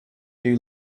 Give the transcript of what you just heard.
you